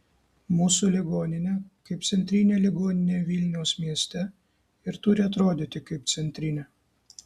mūsų ligoninė kaip centrinė ligoninė vilniaus mieste ir turi atrodyti kaip centrinė